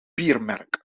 biermerk